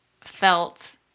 felt